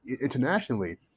internationally